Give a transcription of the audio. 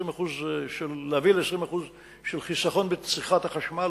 להביא ל-20% חיסכון בצריכת החשמל,